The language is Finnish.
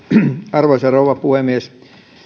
arvoisa rouva puhemies